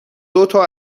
دوتا